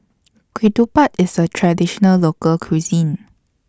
Ketupat IS A Traditional Local Cuisine